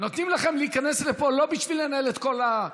נותנים לכם להיכנס לפה לא בשביל לנהל את כל,